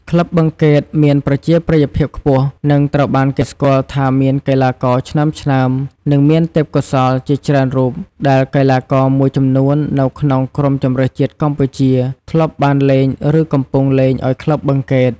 ក្លឹបបឹងកេតមានប្រជាប្រិយភាពខ្ពស់ និងត្រូវបានគេស្គាល់ថាមានកីឡាករឆ្នើមៗ និងមានទេពកោសល្យជាច្រើនរូប ដែលកីឡាករមួយចំនួននៅក្នុងក្រុមជម្រើសជាតិកម្ពុជា ធ្លាប់បានលេង ឬកំពុងលេងឲ្យក្លឹបបឹងកេត។